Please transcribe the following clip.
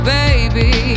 baby